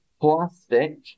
plastic